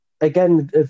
again